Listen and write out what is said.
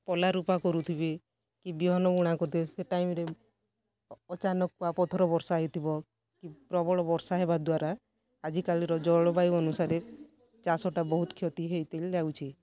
ପଲା ରୁପା କରୁଥିବେ କି ବିହନବୁଣା କରୁଥିବେ ସେ ଟାଇମ୍ରେ ଅଚାନକ କୁଆପଥରବର୍ଷା ହୋଇଥିବ କି ପ୍ରବଳବର୍ଷା ହେବା ଦ୍ଵାରା ଆଜିକାଲିର ଜଳବାୟୁ ଅନୁସାରେ ଚାଷଟା ବହୁତ କ୍ଷତିହେଇତିଲ ଯାଉଛି